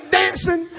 dancing